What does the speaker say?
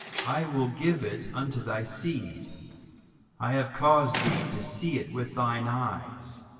i will give it unto thy seed i have caused thee to see it with thine eyes,